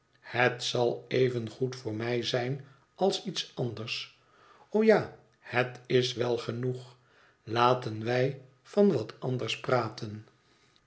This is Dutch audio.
het zal evengoed voor mij zijn als iets anders o ja het is wel genoeg laten wij van wat anders praten